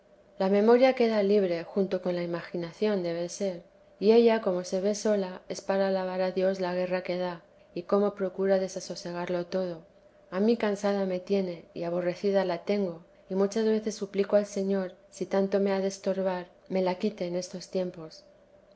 la memoria queda libre junto con la imaginación debe ser y ella como se ve sola es para alabar a dios la guerra que da y cómo procura desasosegarlo todo a mí cansada me tiene y aborrecida la tengo y muchas veces suplico al señor si tanto me ha de estorbar me la quite en estos tiempos